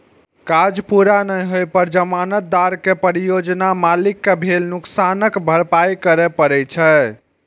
काज पूरा नै होइ पर जमानतदार कें परियोजना मालिक कें भेल नुकसानक भरपाइ करय पड़ै छै